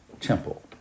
temple